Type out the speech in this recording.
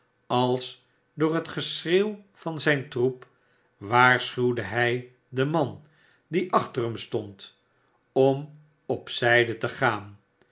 als door het geschreeuw van zijn troep waarschuwde hij den man die achter hem stond om op zijde te gaan